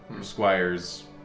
squires